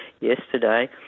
yesterday